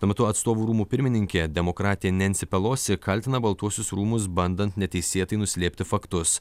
tuo metu atstovų rūmų pirmininkė demokratė nensi pelosi kaltina baltuosius rūmus bandant neteisėtai nuslėpti faktus